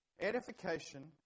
Edification